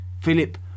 Philip